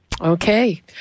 Okay